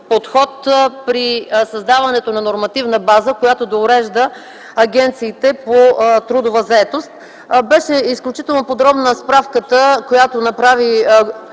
подход при създаването на нормативна база, която да урежда агенциите по трудова заетост. Изключително подробна беше справката, която направи